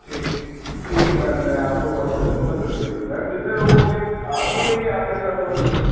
ٹھیک ٹھیک ہے میم میں آپ کو کال کر لوں گا دس بجے میم کتنے لوگ ہوں گے آپ ہی ہیں کہ آپ کے ساتھ اور بھی ہے